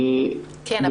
כן,